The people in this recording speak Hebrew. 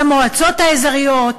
למועצות האזוריות,